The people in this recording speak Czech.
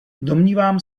domnívám